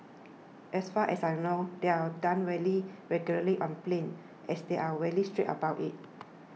as far as I know they are done very regularly on planes as they are very strict about it